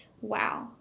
Wow